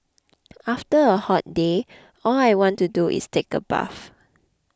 after a hot day all I want to do is take a bath